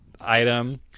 item